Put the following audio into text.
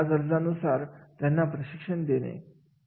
आजकालची तरुण पिढी एका ठिकाणी जास्त काळ टिकवून ठेवणे मोठे आव्हान असते